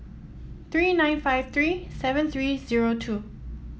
three nine five three seven three zero two